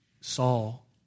Saul